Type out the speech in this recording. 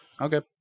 Okay